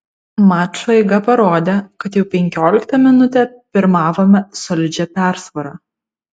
mačo eiga parodė kad jau penkioliktą minutę pirmavome solidžia persvara